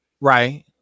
right